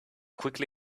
quickly